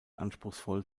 anspruchsvoll